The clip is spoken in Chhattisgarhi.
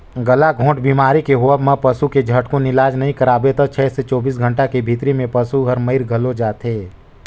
गलाघोंट बेमारी के होवब म पसू के झटकुन इलाज नई कराबे त छै से चौबीस घंटा के भीतरी में पसु हर मइर घलो जाथे